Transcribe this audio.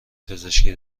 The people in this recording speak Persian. پزشکی